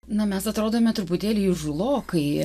na mes atrodome truputėlį įžūlokai